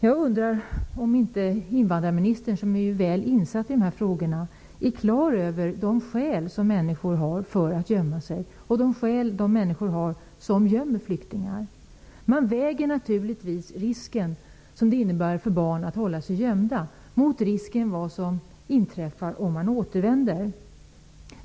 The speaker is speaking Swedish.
Jag undrar om inte invandrarministern, som ju är väl insatt i dessa frågor, är klar över de skäl som människor har för att gömma sig och de skäl som de människor har som gömmer flyktingar. Man väger naturligtvis den risk som det innebär för barn att hålla sig gömda mot risken för vad som kan inträffa om de återvänder.